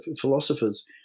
philosophers